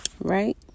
right